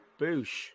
Boosh